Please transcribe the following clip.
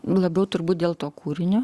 labiau turbūt dėl to kūrinio